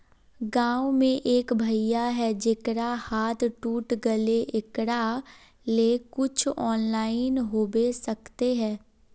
गाँव में एक भैया है जेकरा हाथ टूट गले एकरा ले कुछ ऑनलाइन होबे सकते है?